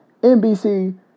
NBC